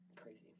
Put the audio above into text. Crazy